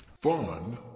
Fun